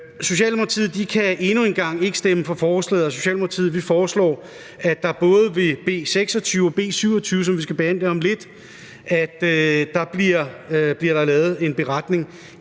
Socialdemokratiet kan endnu en gang ikke stemme for forslaget. Socialdemokratiet foreslår, at der både ved B 26 og B 27, som vi skal behandle om lidt, bliver lavet en beretning